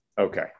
Okay